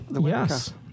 Yes